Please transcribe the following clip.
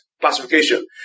classification